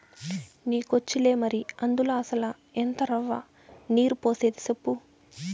నీకొచ్చులే మరి, అందుల అసల ఎంత రవ్వ, నీరు పోసేది సెప్పు